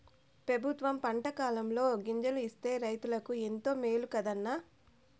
పెబుత్వం పంటకాలంలో గింజలు ఇస్తే రైతులకు ఎంతో మేలు కదా అన్న